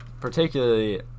particularly